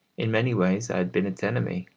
in many ways i had been its enemy,